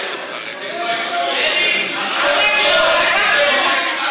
תתביישו, אורן.